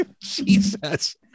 Jesus